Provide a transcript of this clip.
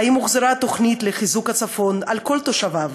האם הוחזרה התוכנית לחיזוק הצפון על כל תושביו,